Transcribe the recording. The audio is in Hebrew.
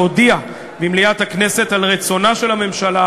להודיע במליאת הכנסת על רצונה של הממשלה